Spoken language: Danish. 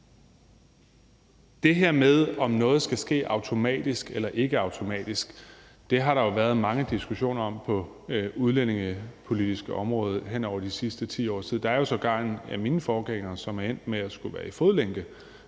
det her med, om noget skal ske automatisk eller ikke automatisk, har der jo været mange diskussioner om på det udlændingepolitiske område hen over de sidste 10 års tid. Der er jo sågar en af mine forgængere, som endte med at skulle være i fodlænke